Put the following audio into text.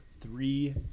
three